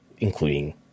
including